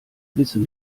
wissen